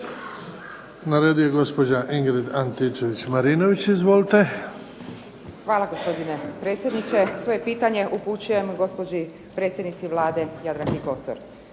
Izvolite. **Antičević Marinović, Ingrid (SDP)** Hvala gospodine predsjedniče. Svoje pitanje upućujem gospođi predsjednici Vlade Jadranki Kosor.